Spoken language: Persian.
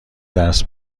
درس